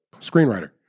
screenwriter